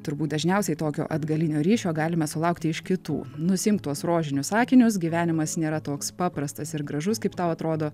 turbūt dažniausiai tokio atgalinio ryšio galime sulaukti iš kitų nusiimk tuos rožinius akinius gyvenimas nėra toks paprastas ir gražus kaip tau atrodo